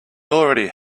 already